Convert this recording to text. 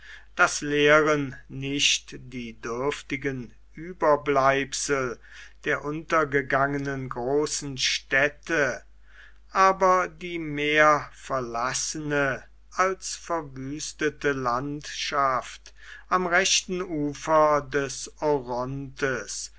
das lehren nicht die dürftigen überbleibsel der untergegangenen großen städte aber die mehr verlassene als verwüstete landschaft am rechten ufer des orontes